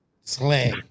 slang